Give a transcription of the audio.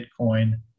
Bitcoin